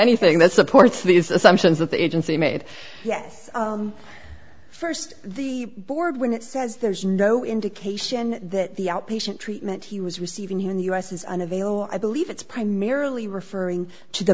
anything that supports these assumptions that the agency made yes first the board when it says there's no indication that the outpatient treatment he was receiving here in the u s is unavailable i believe it's primarily referring to the